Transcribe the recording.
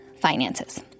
Finances